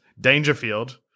Dangerfield